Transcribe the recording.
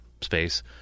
space